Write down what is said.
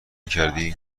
کردی